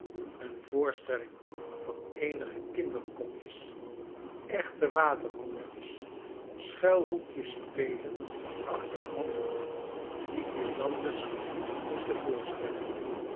een voorstelling j van eenige kinderkopjes echte waterhoofdjes sehuilhoekie spelend achter handdoeken die guirlandes moesten voorstellen